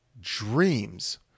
dreams